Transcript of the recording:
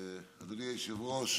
אדוני היושב-ראש,